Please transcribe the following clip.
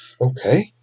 okay